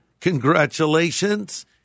congratulations